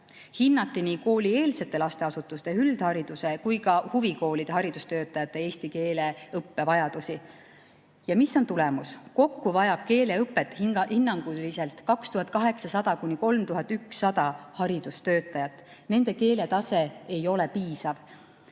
Hinnati nii koolieelsete lasteasutuste, üldhariduse kui ka huvikoolide haridustöötajate eesti keele õppe vajadusi. Ja mis on tulemus? Kokku vajab keeleõpet hinnanguliselt 2800–3100 haridustöötajat. Nende keeletase ei ole piisav.